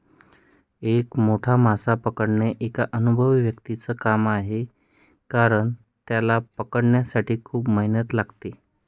एक मोठा मासा पकडणे एका अनुभवी व्यक्तीच च काम आहे कारण, त्याला पकडण्यासाठी खूप मेहनत लागते